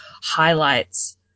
highlights